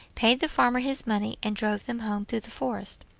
paid the farmer his money, and drove them home through the forest.